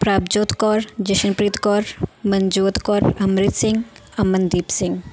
Prabhjot Kaur Jashanpreet Kaur Manjot Kaur Amrit Singh Amandeep Singh